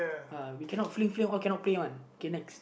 uh we cannot fling fling all cannot play one okay next